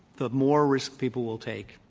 the more risk people will take.